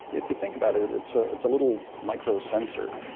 if you think about it, it's a it's a little microsensor,